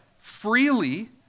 freely